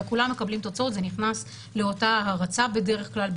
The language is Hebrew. וכולם מקבלים תוצאות וזה נכנס בדרך כלל לאותה הרצה במחשוב.